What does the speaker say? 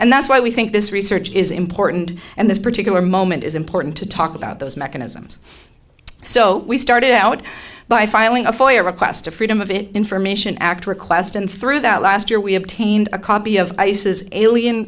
and that's why we think this research is important and this particular moment is important to talk about those mechanisms so we started out by filing a fire request a freedom of information act request and through that last year we obtained a copy of